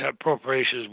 appropriations